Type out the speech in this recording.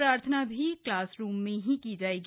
प्रार्थना भी class room में ही की जाएगी